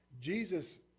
Jesus